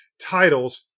titles